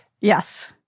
Yes